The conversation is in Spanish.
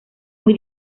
muy